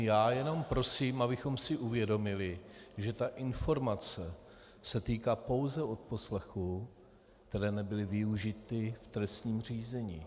Já jenom prosím, abychom si uvědomili, že ta informace se týká pouze odposlechů, které nebyly využity v trestním řízení.